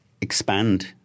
expand